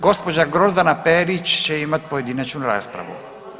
Gospođa Grozdana Perić će imati pojedinačnu raspravu.